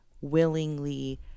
willingly